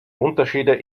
unterschiede